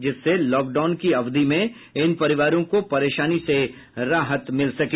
जिससे लॉकडाउन के अवधि में इन परिवारों को परेशानी से राहत मिल सके